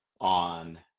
on